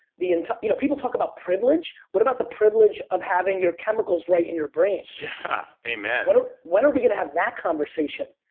and you know people talk about privilege. what about the privilege of having your chemicals right in your brain? yeah. amen when are when are we gonna have that conversation?